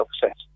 success